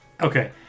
Okay